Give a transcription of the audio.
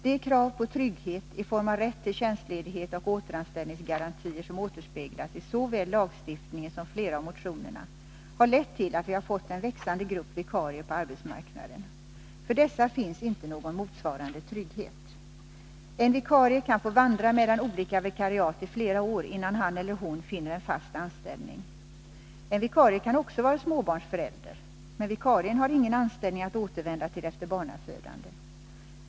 De krav på trygghet i form av rätt till tjänstledighet och återanställningsgarantier som återspeglas i såväl lagstiftningen som flera av motionerna har lett till att vi har fått en växande grupp vikarier på arbetsmarknaden. För dessa finns inte någon motsvarande trygghet. En vikarie kan få vandra mellan olika vikariat i flera år innan han eller hon finner en fast anställning. En vikarie kan också vara småbarnsförälder, men vikarien har ingen anställning att återvända till efter barnafödandet.